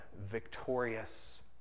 victorious